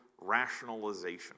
rationalization